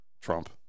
trump